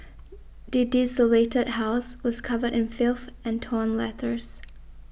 the desolated house was covered in filth and torn letters